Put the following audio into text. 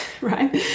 right